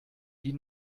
die